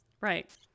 Right